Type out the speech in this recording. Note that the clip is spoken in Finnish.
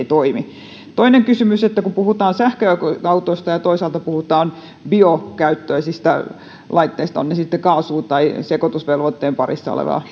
toimi toinen kysymys kun puhutaan sähköautoista ja toisaalta puhutaan biokäyttöisistä laitteista ovat ne sitten kaasun tai sekoitevelvoitteen parissa olevaa